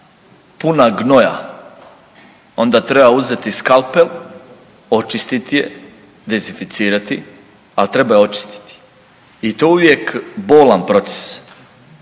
puna gnoja onda treba uzeti skalpel očistiti je, dezinficirati, ali treba je očistiti i to je uvijek bolan proces.